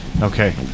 Okay